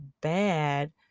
bad